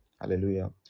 Hallelujah